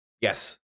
Yes